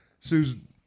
Susan